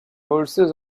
verses